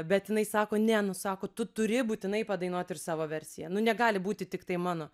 bet jinai sako ne nu sako tu turi būtinai padainuot ir savo versiją nu negali būti tiktai mano